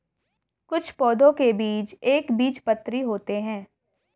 कुछ पौधों के बीज एक बीजपत्री होते है